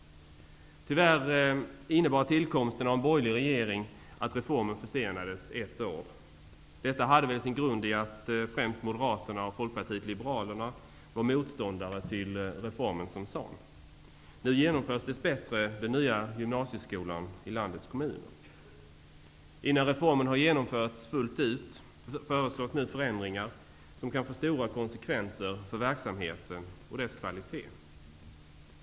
Tyvärr innebar tillkomsten av en borgerlig regering att reformen försenades ett år. Detta hade väl sin grund i att främst Moderaterna och Folkpartiet liberalerna var motståndare till reformen som sådan. Nu genomförs dess bättre den nya gymnasieskolan i landets kommuner. Innan reformen har genomförts fullt ut föreslås nu förändringar som kan få stora konsekvenser för verksamheten och dess kvalitet.